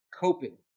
coping